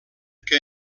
que